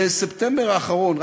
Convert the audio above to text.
בספטמבר האחרון,